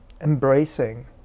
embracing